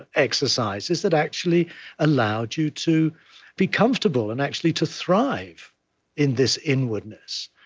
exercises, that actually allowed you to be comfortable and actually to thrive in this inwardness.